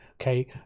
Okay